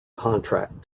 contract